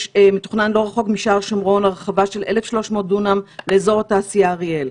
מתוכננת לא רחוק משער שומרון הרחבה של 1,300 דונם לאזור התעשייה אריאל.